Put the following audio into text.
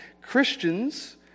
Christians